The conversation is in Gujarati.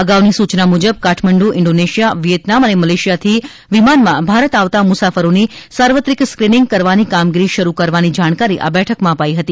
અગાઉની સૂચના મુજબ કાઠમંડુ ઇન્ડોનેશિયા વિએતનામ અને મલેશિયાથી વિમાનમાં ભારત આવતા મુસાફરોની સાર્વત્રિક સ્કિનિંગ કરવાની કામગીરી શરૂ થવાની જાણકારી આ બેઠકમાં અપાઇ હતી